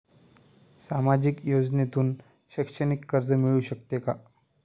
सामाजिक योजनेतून शैक्षणिक कर्ज मिळू शकते का?